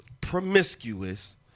promiscuous